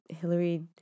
Hillary